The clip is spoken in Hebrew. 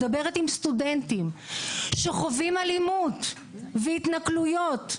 מדברת עם סטודנטים שחווים אלימות והתנכלויות,